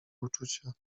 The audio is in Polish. uczucia